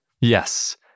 Yes